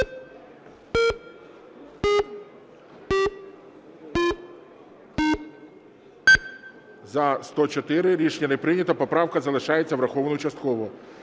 За-101 Рішення не прийнято. Поправка залишається врахованою частково.